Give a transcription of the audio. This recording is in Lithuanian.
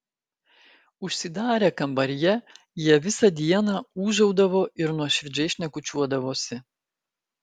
užsidarę kambaryje jie visą dieną ūžaudavo ir nuoširdžiai šnekučiuodavosi